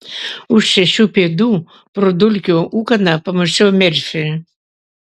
už šešių pėdų pro dulkių ūkaną pamačiau merfį